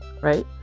Right